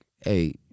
Hey